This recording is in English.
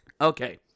Okay